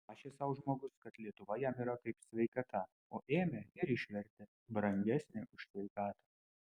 rašė sau žmogus kad lietuva jam yra kaip sveikata o ėmė ir išvertė brangesnė už sveikatą